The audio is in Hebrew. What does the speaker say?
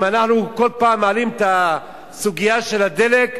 אם אנחנו כל פעם מעלים את סוגיית הדלק,